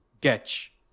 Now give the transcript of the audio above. Catch